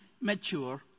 mature